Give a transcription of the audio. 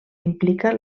implica